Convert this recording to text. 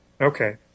Okay